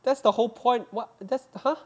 that's the whole point [what] that's !huh!